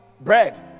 bread